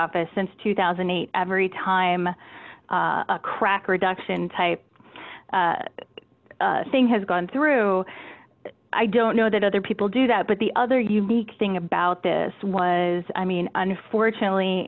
office since two thousand and eight every time a crack reduction type thing has gone through i don't know that other people do that but the other unique thing about this was i mean unfortunately